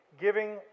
giving